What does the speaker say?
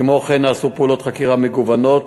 כמו כן נעשו פעולות חקירה מגוונות,